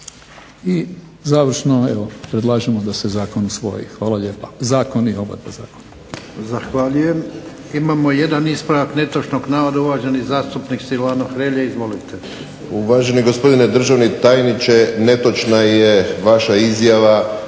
I završno, evo predlažemo da se zakon usvoji. Hvala lijepa. Zakoni, oba dva zakona. **Jarnjak, Ivan (HDZ)** Zahvaljujem. Imamo jedan ispravak netočnog navoda uvaženi zastupnik Silvano Hrelja. Izvolite. **Hrelja, Silvano (HSU)** Uvaženi gospodine državni tajniče, netočna je vaša izjava